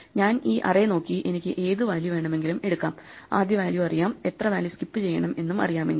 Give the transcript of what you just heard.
ഞാൻ ഈ അറേ നോക്കി എനിക്ക് ഏതു വാല്യൂ വേണമെങ്കിലും എടുക്കാം ആദ്യ വാല്യൂ അറിയാം എത്ര വാല്യൂ സ്കിപ് ചെയ്യണം എന്നും അറിയാം എങ്കിൽ